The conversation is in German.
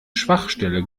schwachstelle